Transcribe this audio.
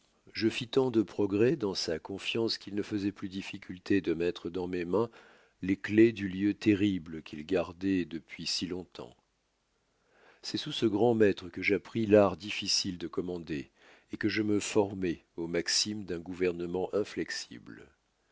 je fis tant de progrès dans sa confiance qu'il ne faisoit plus difficulté de mettre dans mes mains les clefs des lieux terribles qu'il gardoit depuis si longtemps c'est sous ce grand maître que j'appris l'art difficile de commander et que je me formai aux maximes d'un gouvernement inflexible